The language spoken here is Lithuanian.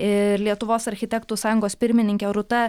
iiir lietuvos architektų sąjungos pirmininkė rūta